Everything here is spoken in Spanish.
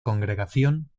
congregación